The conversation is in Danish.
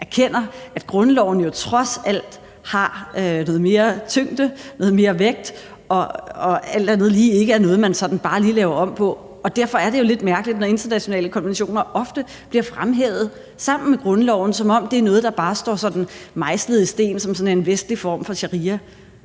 erkender, at grundloven jo trods alt har noget mere tyngde, noget mere vægt og alt andet lige ikke er noget, man sådan bare lige laver om på. Derfor er det jo lidt mærkeligt, når internationale konventioner ofte bliver fremhævet sammen med grundloven, som om det er noget, der bare står sådan mejslet i sten som sådan en vestlig form for sharia.